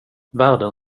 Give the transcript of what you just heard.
världen